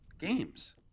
games